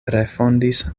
refondis